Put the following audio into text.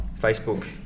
Facebook